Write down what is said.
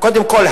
קודם כול,